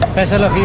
masala